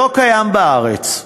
שלא קיים בארץ.